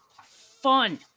fun